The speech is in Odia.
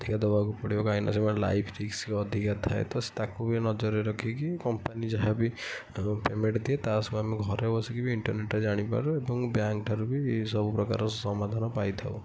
ଅଧିକା ଦେବାକୁ ପଡ଼ିବ କାହିଁକି ନା ସେମାନଙ୍କ ଲାଇଫ୍ ରିସ୍କ୍ ଅଧିକା ଥାଏ ତ ତାକୁ ନଜରରେ ରଖି କି କମ୍ପାନୀ ଯାହା ବି ପେମେଣ୍ଟ ଦିଏ ତା ସହ ଆମେ ଘରେ ବସିକି ବି ଇଣ୍ଟରନେଟ୍ରେ ଜାଣିପାରୁ ଏବଂ ବ୍ୟାଙ୍କ ଠାରୁ ବି ସବୁ ପ୍ରକାରର ସମାଧାନ ପାଇଥାଉ